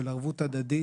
של ערבות הדדית,